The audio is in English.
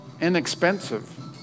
Inexpensive